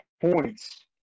points